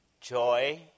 joy